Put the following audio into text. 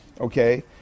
okay